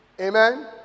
Amen